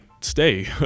stay